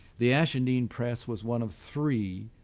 the ashendene press was one of three